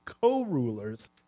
co-rulers